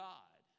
God